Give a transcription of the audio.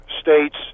states